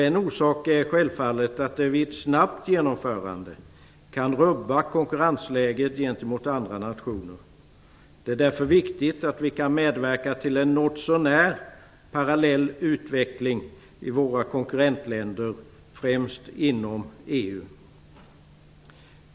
En orsak är självfallet att ett snabbt genomförande kan rubba konkurrensläget i förhållande till andra nationer. Det är därför viktigt att vi kan medverka till en något så när parallell utveckling i våra konkurrentländer, främst inom EU.